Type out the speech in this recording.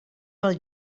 pel